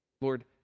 Lord